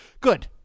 good